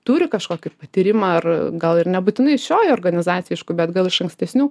turi kažkokį patyrimą ar gal ir nebūtinai šioj organizacijoj aišku bet gal iš ankstesnių